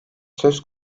söz